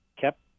kept